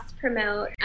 promote